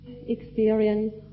experience